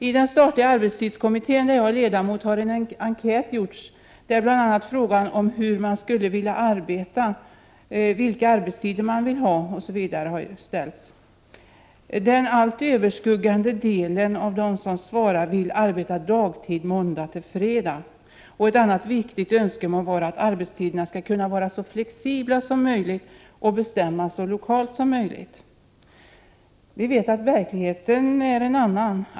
I den statliga arbetstidskommittén, där jag är ledamot, har en enkät gjorts där det bl.a. frågats hur man skulle vilja arbeta och vilka arbetstider man vill ha. Den helt övervägande delen av dem som svarat vill arbeta dagtid måndag-fredag. Ett annat viktigt önskemål var att arbetstiderna skall kunna vara så flexibla som möjligt och bestämmas så lokalt som möjligt. Vi vet att verkligheten är en annan.